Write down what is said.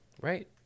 right